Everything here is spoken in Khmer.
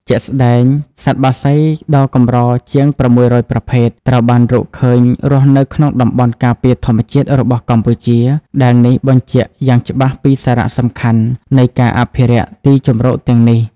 ជាក់ស្តែង សត្វបក្សីដ៏កម្រជាង ៦០០ ប្រភេទ ត្រូវបានរកឃើញរស់នៅក្នុងតំបន់ការពារធម្មជាតិរបស់កម្ពុជា ដែលនេះបញ្ជាក់យ៉ាងច្បាស់ពីសារៈសំខាន់នៃការអភិរក្សទីជម្រកទាំងនេះ។